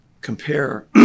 compare